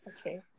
Okay